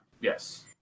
Yes